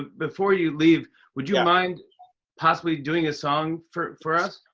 before you leave, would you mind possibly doing a song for for us?